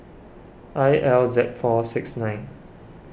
I L Z four six nine